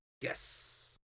Yes